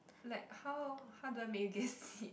like how how do I do make you guess it